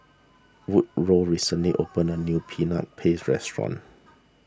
Woodroe recently opened a new Peanut Paste restaurant